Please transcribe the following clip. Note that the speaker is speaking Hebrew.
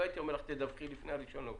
לא הייתי אומר לך: תדווחי לפני הראשון באוקטובר.